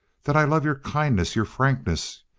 that i love your kindness, your frankness,